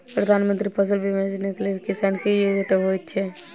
प्रधानमंत्री फसल बीमा योजना केँ लेल किसान केँ की योग्यता होइत छै?